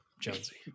Jonesy